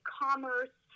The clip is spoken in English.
commerce